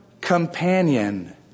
companion